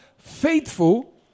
Faithful